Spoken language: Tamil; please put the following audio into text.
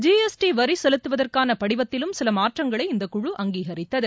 ஜிஎஸ்டி வரி செலுத்துவதற்கான படிவத்திலும் சில மாற்றங்களை இந்தக் குழு அங்கீகரித்தது